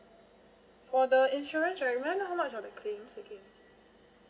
for the insurance right may I know how much were the claims again